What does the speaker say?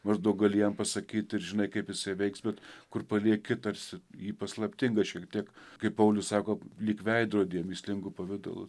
maždaug gali jam pasakyt ir žinai kaip jisai veiks bet kur palieki tarsi jį paslaptingą šiek tiek kaip paulius sako lyg veidrodyje mįslingu pavidalu